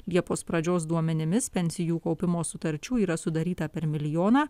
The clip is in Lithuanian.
liepos pradžios duomenimis pensijų kaupimo sutarčių yra sudaryta per milijoną